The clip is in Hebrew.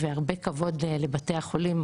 והרבה כבוד לבתי החולים,